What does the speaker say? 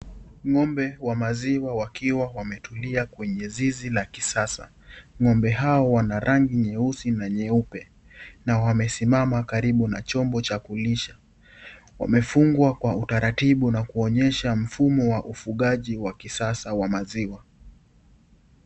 Ng'ombe wa maziwa wakiwa wametulia kwenye zizi la kisasa. Ng'ombe hawa wana rangi nyeusi na nyeupe na wamesimama karibu na chombo cha kulisha. Wamefungwa kwa utaratibu na kuonyesha mfumo wa ufagaji wa kisasa wa maziwa.